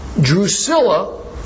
Drusilla